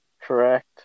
correct